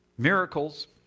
Miracles